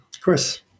Chris